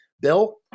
Bill